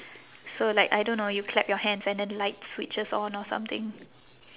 so like I don't know you clap your hands and then light switches on or something